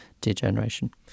degeneration